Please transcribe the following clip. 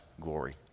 glory